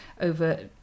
over